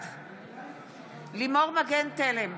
בעד לימור מגן תלם,